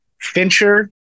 Fincher